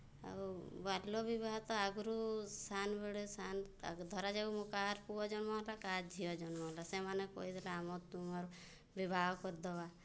ଆଉ ବାଲ୍ୟ ବିବାହ ତ ଆଗରୁ ସାନ୍ ବେଳେ ସାନ୍ ଧରାଯାଉ ମୁଁ କାହାର ପୁଅ ଜନ୍ମ ହେଲା କାହାର ଝିଅ ଜନ୍ମ ହେଲା ସେମାନେ କହି ଦେଲେ ଆମର୍ ତୁମର୍ ବିବାହ କରି ଦେବା